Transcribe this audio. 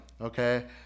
Okay